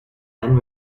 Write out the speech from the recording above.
then